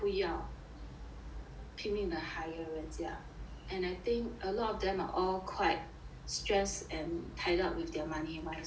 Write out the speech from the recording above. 拼命的 hire 人家 and I think a lot of them are all quite stressed and tied up with their money wise lor